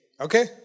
Okay